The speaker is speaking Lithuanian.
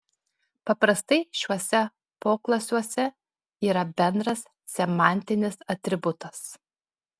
paprastai šiuose poklasiuose yra bendras semantinis atributas